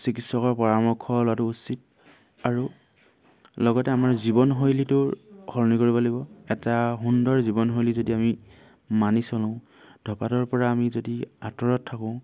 চিকিৎসকৰ পৰামৰ্শ লোৱাটো উচিত আৰু লগতে আমাৰ জীৱনশৈলীটোৰ সলনি কৰিব লাগিব এটা সুন্দৰ জীৱনশৈলী যদি আমি মানি চলোঁ ধপাতৰ পৰা আমি যদি আঁতৰত থাকোঁ